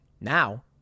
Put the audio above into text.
Now